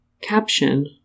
caption